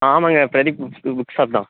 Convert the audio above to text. ஆ ஆமாங்க Pradeep books book shop தான்